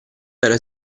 era